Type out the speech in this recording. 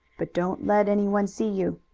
but don't let anyone see you.